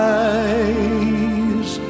eyes